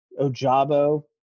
Ojabo